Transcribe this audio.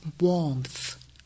warmth